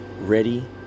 ready